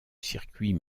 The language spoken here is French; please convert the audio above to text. circuit